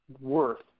worth